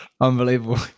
Unbelievable